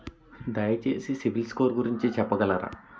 దయచేసి సిబిల్ స్కోర్ గురించి చెప్పగలరా?